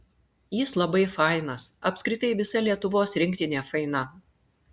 jis labai fainas apskritai visa lietuvos rinktinė faina